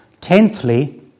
Tenthly